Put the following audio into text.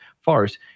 farce